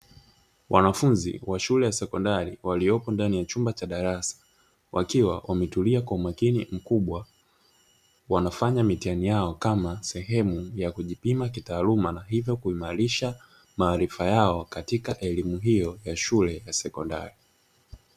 Wanafunzi wa shule ya sekondari waliopo ndani ya chumba cha darasa, wakiwa wametulia kwa umakini mkubwa wanafanya mitihani yao kama sehemu ya kujipima kitaaluma na hivyo kuimaarisha maarifa yao katika elimu hiyo ya sekondari.